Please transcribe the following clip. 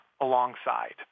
alongside